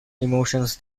emotions